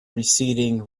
receding